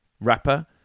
rapper